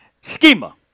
schema